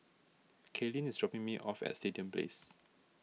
Cailyn is dropping me off at Stadium Place